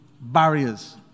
barriers